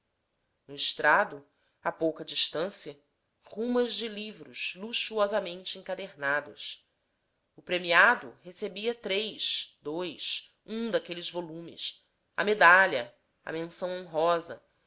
no estrado a pouca distancia ramas de livros luxuosamente encadernados o premiado recebia três dois um daqueles volumes a medalha a menção honrosa